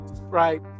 right